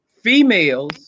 females